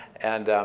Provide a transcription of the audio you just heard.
and